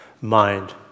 mind